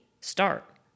start